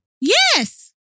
Yes